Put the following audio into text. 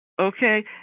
Okay